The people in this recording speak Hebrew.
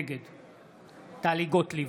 נגד טלי גוטליב,